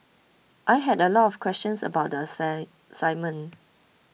I had a lot of questions about the assign assignment